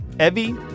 Evie